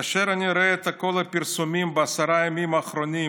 כאשר אני רואה את כל הפרסומים בעשרה ימים האחרונים